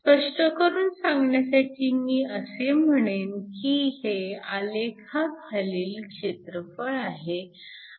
स्पष्ट करून सांगण्यासाठी मी असे म्हणेन की हे आलेखाखालील क्षेत्रफळ आहे